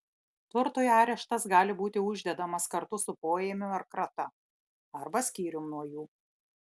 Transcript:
turtui areštas gali būti uždedamas kartu su poėmiu ar krata arba skyrium nuo jų